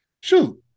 Shoot